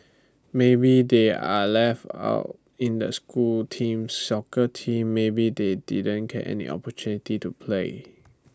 maybe they are left out in the school teams soccer team maybe they didn't get any opportunity to play